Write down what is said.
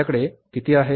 आपल्याकडे किती आहे